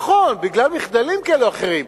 נכון, בגלל מחדלים כאלה או אחרים.